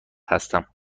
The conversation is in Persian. هستم